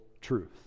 truth